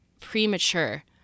premature